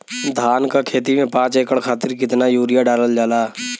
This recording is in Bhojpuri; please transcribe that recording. धान क खेती में पांच एकड़ खातिर कितना यूरिया डालल जाला?